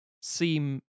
seem